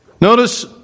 Notice